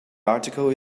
article